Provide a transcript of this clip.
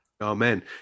Amen